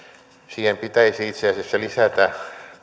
siihen pitäisi itse asiassa lisätä